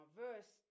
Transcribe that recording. verse